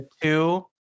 two